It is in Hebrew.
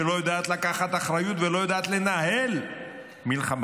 שלא יודעת לקחת אחריות ולא יודעת לנהל מלחמה